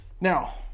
Now